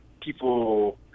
people